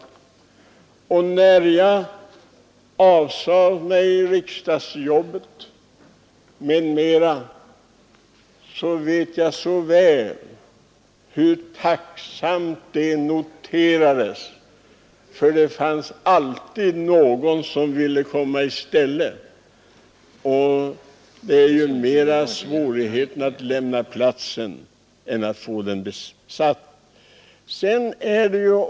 När jag t.ex. själv avsade mig riksdagsmannaskapet noterades detta mycket tacksamt. Det finns nämligen alltid någon som vill komma i en avgående riksdagsmans ställe. Det är mycket svårare att lämna riksdagsmannaskapet än att få en gammal ledamots plats besatt.